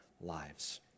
lives